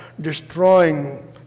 destroying